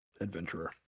Adventurer